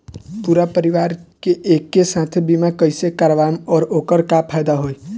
पूरा परिवार के एके साथे बीमा कईसे करवाएम और ओकर का फायदा होई?